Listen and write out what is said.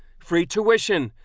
free tuition,